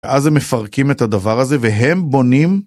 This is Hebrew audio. אז הם מפרקים את הדבר הזה, והם בונים...